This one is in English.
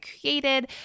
created